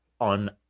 on